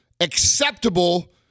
Acceptable